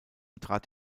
trat